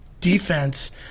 defense